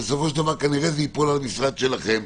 שבסופו של דבר כנראה זה ייפול על המשרד שלכם,